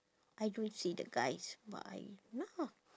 I don't see the guys but I nah